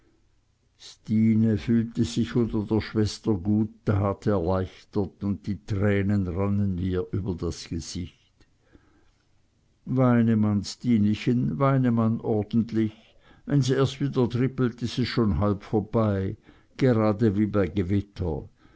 stine fühlte sich unter der schwester guttat erleichtert und die tränen rannen ihr übers gesicht weine man stinechen weine man orntlich wenn's erst wieder drippelt is es schon halb vorbei grade wie bei s gewitter